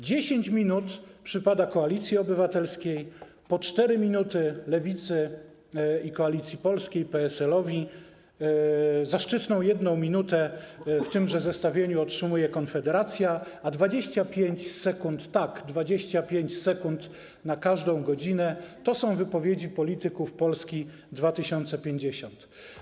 10 minut przypada Koalicji Obywatelskiej, po 4 minuty - Lewicy, Koalicji Polskiej i PSL-owi, zaszczytną 1 minutę w tymże zestawieniu otrzymuje Konfederacja, a 25 sekund - tak, 25 sekund - na każdą godzinę to są wypowiedzi polityków Polski 2050.